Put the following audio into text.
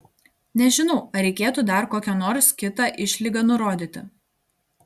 nežinau ar reikėtų dar kokią nors kitą išlygą nurodyti